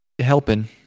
helping